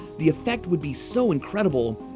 the effect would be so incredible,